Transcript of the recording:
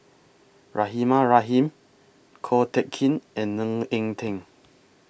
Rahimah Rahim Ko Teck Kin and Ng Eng Teng